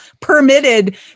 permitted